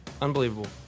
Unbelievable